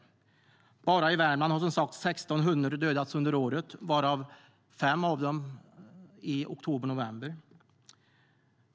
Bara i Värmland har som sagt 16 hundar dödats under året, varav fem i oktober och november.